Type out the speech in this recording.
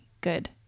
good